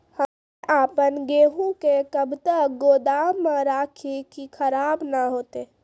हम्मे आपन गेहूँ के कब तक गोदाम मे राखी कि खराब न हते?